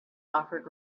offered